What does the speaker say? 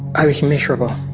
i was miserable.